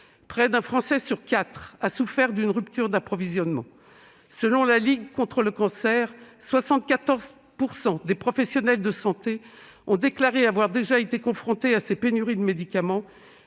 Près d'un Français sur quatre a souffert d'une rupture d'approvisionnement. Selon la Ligue contre le cancer, 74 % des professionnels de santé ont déclaré avoir déjà été confrontés à des pénuries de médicaments